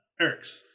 Erics